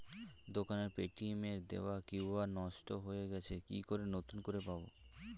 দোকানের পেটিএম এর দেওয়া কিউ.আর নষ্ট হয়ে গেছে কি করে নতুন করে পাবো?